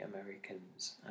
Americans